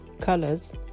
colors